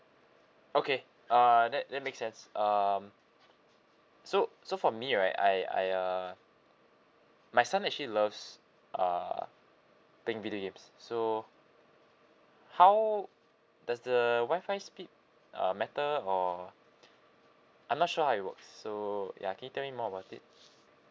okay uh that that makes sense um so so for me right I I uh my son actually loves uh playing video games so how does the wi-fi speed err matter or I'm not sure how it works so ya can you tell me more about it